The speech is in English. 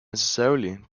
necessarily